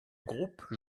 groupe